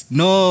no